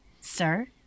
Sir